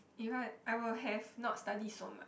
you heard I will have not study so much